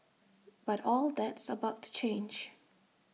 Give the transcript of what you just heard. but all that's about to change